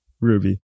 Ruby